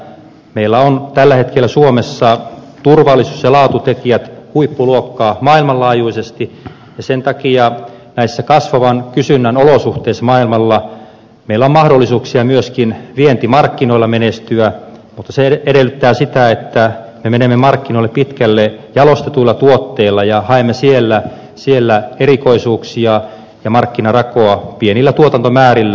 meillä ovat tällä hetkellä suomessa turvallisuus ja laatutekijät huippuluokkaa maailmanlaajuisesti ja sen takia näissä kasvavan kysynnän olosuhteissa maailmalla meillä on mahdollisuuksia myöskin vientimarkkinoilla menestyä mutta se edellyttää sitä että me menemme markkinoille pitkälle jalostetuilla tuotteilla ja haemme siellä markkinarakoa erikoisuuksilla ja pienillä tuotantomäärillä